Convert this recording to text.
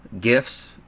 gifts